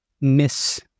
miss